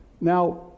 Now